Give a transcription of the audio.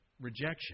rejection